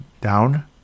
down